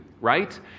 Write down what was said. right